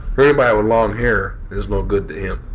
anybody with long hair is no good to him